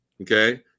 Okay